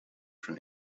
from